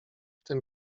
tym